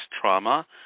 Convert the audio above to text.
trauma